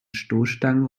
stoßstangen